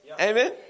amen